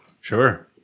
Sure